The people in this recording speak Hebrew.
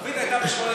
התוכנית הייתה בערב,